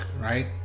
right